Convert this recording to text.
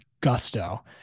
gusto